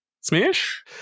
smash